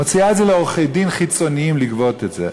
מוציאה את זה לעורכי-דין חיצוניים לגבות את זה.